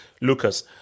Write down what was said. Lucas